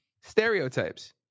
stereotypes